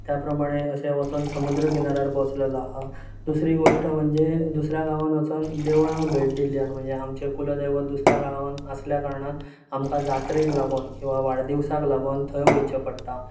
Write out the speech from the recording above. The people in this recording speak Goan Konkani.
त्या प्रमाणे अशें वचोन समूद्र किनाऱ्यार बसलेलो आहा दुसरी गोष्ट म्हणजे दुसऱ्या गांवान वचोन देवळां भेट दिल्ली आहा आमचे कुलदैवत दुसऱ्या गांवान आसल्या कारणान आमकां जात्रेक लागोन किंवा वाडदिवसाक लागोन थंय वयचें पडटा